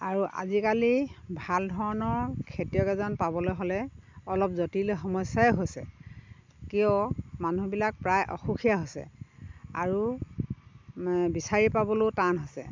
আৰু আজিকালি ভালধৰণৰ খেতিয়ক এজন পাবলৈ হ'লে অলপ জটিল সমস্যাই হৈছে কিয় মানুহবিলাক প্ৰায় অসুখীয়া হৈছে আৰু বিচাৰি পাবলৈও টান